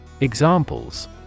Examples